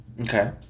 Okay